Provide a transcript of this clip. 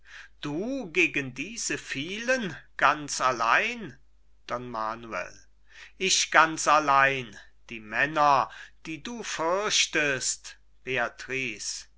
du gegen diese vielen ganz allein don manuel ich ganz allein die männer die du fürchtest beatrice